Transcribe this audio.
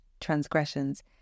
transgressions